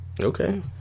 Okay